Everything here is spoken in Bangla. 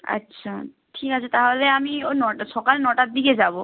আচ্ছা ঠিক আছে তাহলে আমি ওই নটা সকাল নটার দিকে যাব